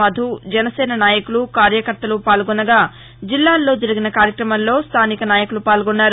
మధు జనసేన నాయకులు కార్యకర్తలు పాల్గొనగా జిల్లాలలో జరిగిన కార్యక్రమాలలో స్టానిక నాయకులు పాల్గొన్నారు